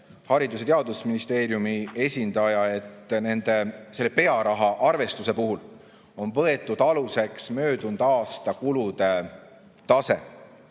Haridus‑ ja Teadusministeeriumi esindaja, et pearaha arvestuse puhul on võetud aluseks möödunud aasta kulude tase.